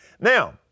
Now